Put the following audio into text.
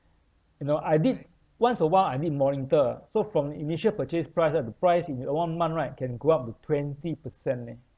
you know I did once a while I need monitor so from initial purchase price right the price in uh one month right can go up to twenty percent leh